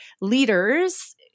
leaders